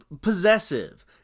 possessive